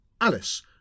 Alice